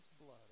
blood